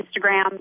Instagram